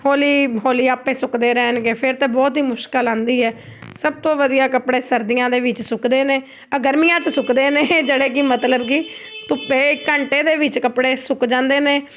ਹੌਲੀ ਹੌਲੀ ਆਪੇ ਸੁੱਕਦੇ ਰਹਿਣਗੇ ਫਿਰ ਤਾਂ ਬਹੁਤ ਹੀ ਮੁਸ਼ਕਿਲ ਆਉਂਦੀ ਹੈ ਸਭ ਤੋਂ ਵਧੀਆ ਕੱਪੜੇ ਸਰਦੀਆਂ ਦੇ ਵਿੱਚ ਸੁੱਕਦੇ ਨੇ ਆਹ ਗਰਮੀਆਂ 'ਚ ਸੁੱਕਦੇ ਨੇ ਇਹ ਜਿਹੜੇ ਕਿ ਮਤਲਬ ਕਿ ਧੁੱਪੇ ਘੰਟੇ ਦੇ ਵਿੱਚ ਕੱਪੜੇ ਸੁੱਕ ਜਾਂਦੇ ਨੇ